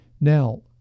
Now